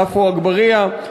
עפו אגבאריה,